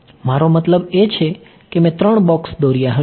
મારો મતલબ એ છે કે મેં ત્રણ બોક્સ દોર્યા હશે